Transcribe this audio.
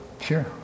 Sure